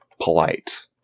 polite